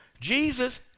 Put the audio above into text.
Jesus